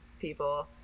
people